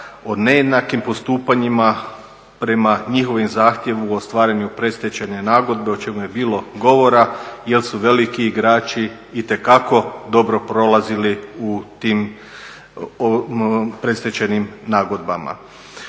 o nejednakim postupanjima prema njihovom zahtjevu u ostvarenju predstečajne nagodbe o čemu je bilo govora jel su veliki igrači itekako dobro prolazili u tim predstečajnim nagodbama.